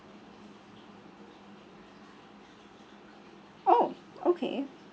oh okay